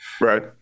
Right